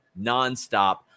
nonstop